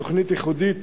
התוכנית ייחודית